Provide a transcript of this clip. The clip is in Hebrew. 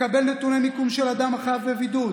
לקבל נתוני מיקום של אדם החייב בבידוד